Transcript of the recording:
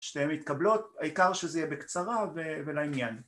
שניהן מתקבלות, העיקר שזה יהיה בקצרה ולעניין